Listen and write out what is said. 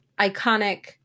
iconic